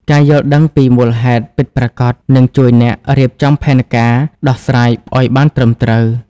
ការយល់ដឹងពីមូលហេតុពិតប្រាកដនឹងជួយអ្នករៀបចំផែនការដោះស្រាយឲ្យបានត្រឹមត្រូវ។